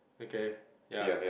okay ya